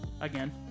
again